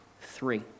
three